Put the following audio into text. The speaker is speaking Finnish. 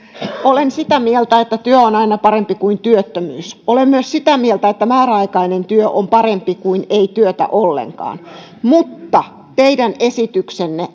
olen sitä mieltä että työ on aina parempi kuin työttömyys olen myös sitä mieltä että määräaikainen työ on parempi kuin ei työtä ollenkaan mutta teidän esityksenne